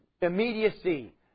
Immediacy